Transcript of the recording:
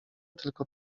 tylko